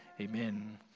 amen